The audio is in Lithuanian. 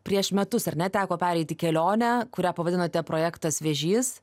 prieš metus ar ne teko pereiti kelionę kurią pavadinote projektas vėžys